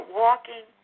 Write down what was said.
walking